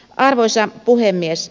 arvoisa puhemies